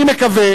אני מקווה